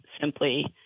simply